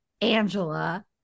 Angela